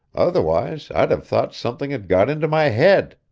otherwise i'd have thought something had got into my head,